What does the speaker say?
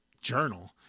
journal